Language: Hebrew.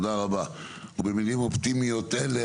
ובמילים אופטימיות אלו.